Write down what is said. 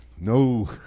No